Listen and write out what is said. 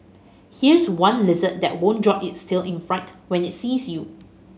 here's one lizard that won't drop its tail in fright when it sees you